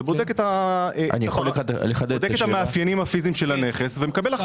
בודק את המאפיינים הפיזיים של הנכס ומקבל החלטה.